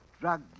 drug